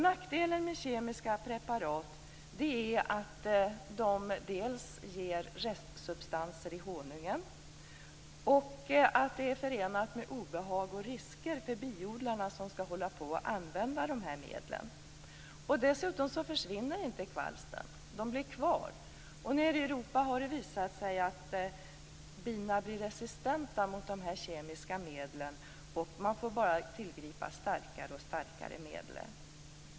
Nackdelen med kemiska preparat är dels att de ger restsubstanser i honungen, dels att de är förenade med obehag och risker för de biodlare som skall använda medlen. Dessutom försvinner inte kvalstren. De blir kvar. Nere i Europa har det visat sig att bina blir resistenta mot de här kemiska medlen. Man får bara tillgripa starkare och starkare medel.